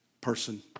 person